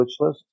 Switchlist